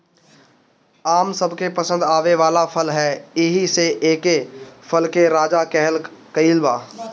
आम सबके पसंद आवे वाला फल ह एही से एके फल के राजा कहल गइल बा